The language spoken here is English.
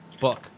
Book